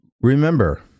Remember